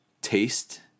taste